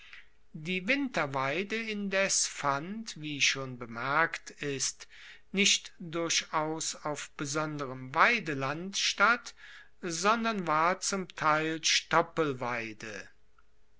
die winterweide indes fand wie schon bemerkt ist nicht durchaus auf besonderem weideland statt sondern war zum teil stoppelweide